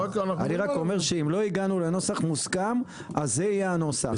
אז זה יהיה הנוסח.